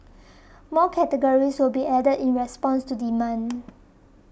more categories will be added in response to demand